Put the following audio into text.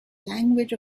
language